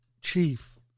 chief